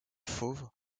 fauve